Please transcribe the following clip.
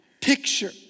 picture